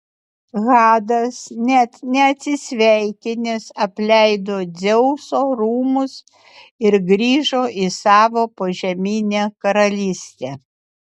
hadas net neatsisveikinęs apleido dzeuso rūmus ir grįžo į savo požeminę karalystę